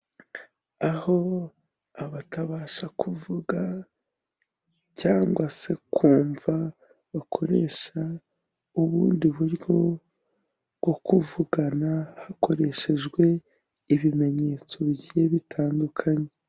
Aho abatabasha kuvuga, cyangwa se kumva bakoresha ubundi buryo bwo kuvugana hakoreshejwe ibimenyetso bigiye bitandukanye.